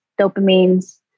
dopamines